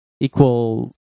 equal